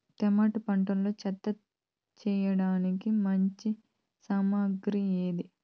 Tomato పంటలో చెత్త తీయడానికి మంచి సామగ్రి ఏది?